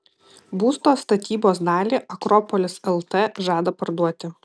būsto statybos dalį akropolis lt žada parduoti